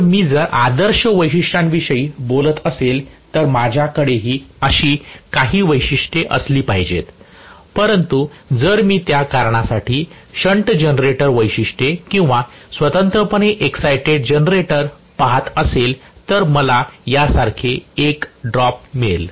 तर मी जर आदर्श वैशिष्ट्यांविषयी बोलत असेल तर माझ्याकडेही अशी काही वैशिष्ट्ये असली पाहिजेत परंतु जर मी त्या कारणासाठी शंट जनरेटर वैशिष्ट्ये किंवा स्वतंत्रपणे एक्साईटेड जनरेटर पहात असेल तर मला यासारखे एक ड्रॉप मिळेल